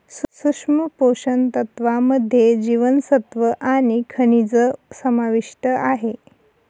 सूक्ष्म पोषण तत्त्वांमध्ये जीवनसत्व आणि खनिजं समाविष्ट आहे